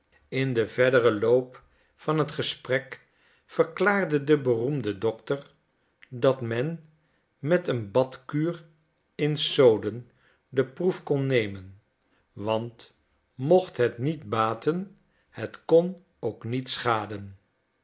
in den verderen loop van het gesprek verklaarde de beroemde dokter dat men met een badkuur in soden de proef kon nemen want mocht het niet baten het kon ook niet schaden